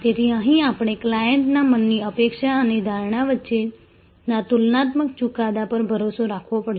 તેથી અહીં આપણે ક્લાયન્ટના મનની અપેક્ષા અને ધારણા વચ્ચેના તુલનાત્મક ચુકાદા પર ભરોસો રાખવો પડશે